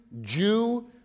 Jew